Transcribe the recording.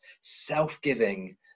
self-giving